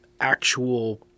actual